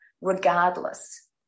regardless